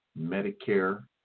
Medicare